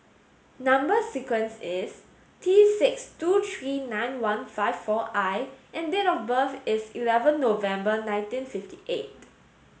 number sequence is T six two three nine one five four I and date of birth is eleven November nineteen fifty eight